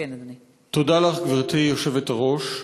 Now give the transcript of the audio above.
תודה לך, גברתי היושבת-ראש,